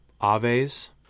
A-V-E-S